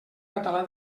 català